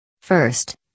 First